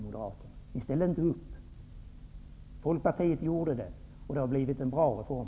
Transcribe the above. Ni ställer inte upp. Folkpartiet gjorde det, och det har blivit en bra reform.